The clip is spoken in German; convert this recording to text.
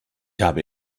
habe